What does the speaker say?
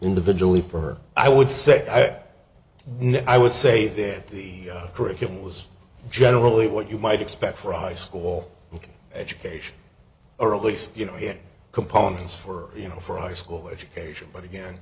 individually for her i would say i had no i would say that the curriculum was generally what you might expect from high school education or at least you know it components for you know for a high school education but again